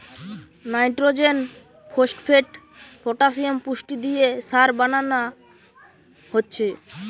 nitrogen, phosphate, potassium পুষ্টি দিয়ে সার বানানা হচ্ছে